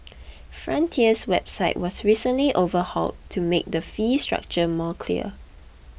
frontier's website was recently overhauled to make the fee structure more clear